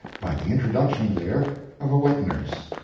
by the introduction there of a wet-nurse.